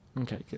Okay